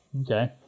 Okay